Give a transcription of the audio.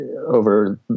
over